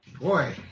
Boy